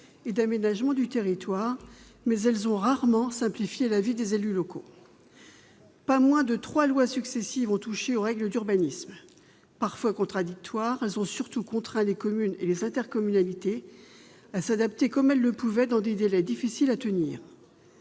et d'aménagement du territoire, mais rarement pour simplifier la vie des élus locaux. Pas moins de trois lois successives ont touché aux règles d'urbanisme. Ces textes, parfois contradictoires, ont surtout contraint les communes et les intercommunalités à s'adapter, comme elles le pouvaient, dans des délais difficiles à tenir.